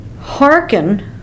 Hearken